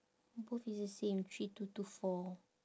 both is the same three two two four